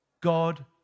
God